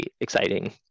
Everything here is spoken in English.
exciting